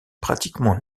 pratiquement